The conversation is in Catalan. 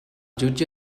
jutge